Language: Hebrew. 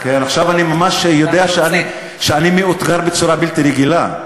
עכשיו אני ממש יודע שאני מאותגר בצורה בלתי רגילה.